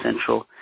Central